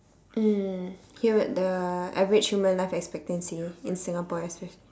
mm here with the average human life expectancy in singapore especially